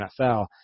NFL